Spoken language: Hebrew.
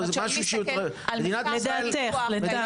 לדעתך, לטעמך.